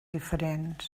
diferents